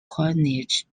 coinage